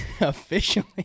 officially